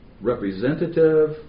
representative